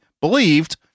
believed